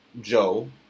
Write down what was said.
Joe